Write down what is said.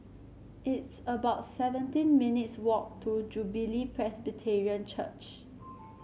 it's about seventeen minutes' walk to Jubilee Presbyterian Church